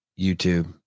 YouTube